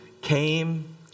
came